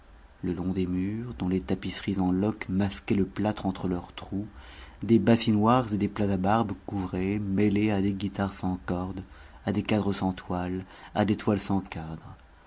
le long des murs dont des tapisseries en loques masquaient le plâtre entre leurs trous des bassinoires et des plats à barbe couraient mêlés à des guitares sans cordes à des cadres sans toiles à des toiles sans cadres